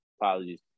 apologies